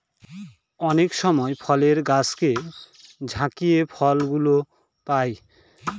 অনেক সময় ফলের গাছকে ঝাকিয়ে ফল গুলো পাই